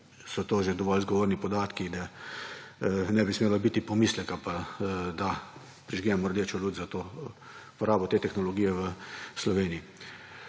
so to že dovolj zgovorni podatki, da ne bi smelo biti pomisleka pa, da prižgemo rdečo luč za uporabo te tehnologije v Sloveniji.